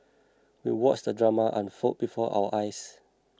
we watched the drama unfold before our eyes